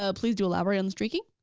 ah please do elaborate on the streaking.